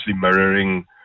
mirroring